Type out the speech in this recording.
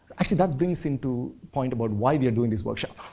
actually that brings into point about why we're doing this workshop.